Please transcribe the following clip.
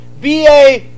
va